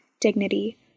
dignity